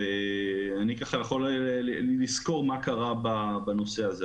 אני יכול לסקור מה קרה בנושא הזה.